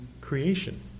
creation